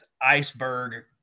iceberg